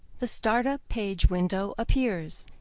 the startup page window appears.